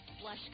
Blush